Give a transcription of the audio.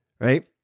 Right